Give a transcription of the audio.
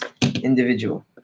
individual